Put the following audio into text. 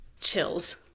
chills